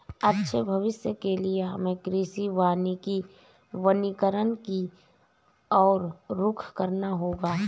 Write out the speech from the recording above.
अच्छे भविष्य के लिए हमें कृषि वानिकी वनीकरण की और रुख करना होगा